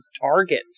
target